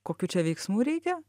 kokių čia veiksmų reikia